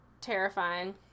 terrifying